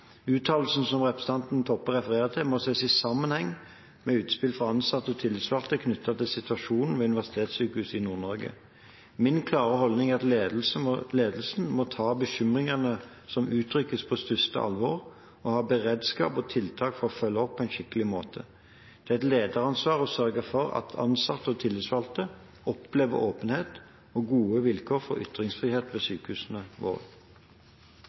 Uttalelsen som representanten Toppe refererer til, må ses i sammenheng med utspill fra ansatte og tillitsvalgte knyttet til situasjonen ved Universitetssykehuset i Nord-Norge. Min klare holdning er at ledelsen må ta bekymringene som uttrykkes, på største alvor og ha beredskap og tiltak for å følge opp på en skikkelig måte. Det er et lederansvar å sørge for at ansatte og tillitsvalgte opplever åpenhet og gode vilkår for ytringsfrihet ved sykehusene våre.